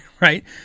right